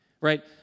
Right